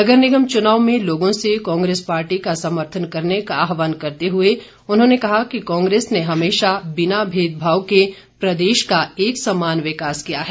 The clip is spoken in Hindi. नगर निगम चुनावों में लोगों से कांग्रेस पार्टी का समर्थन करने का आहवान करते हुए उन्होंने कहा कि कांग्रेस ने हमेशा बिना भेदभाव के प्रदेश का एक सम्मान विकास किया है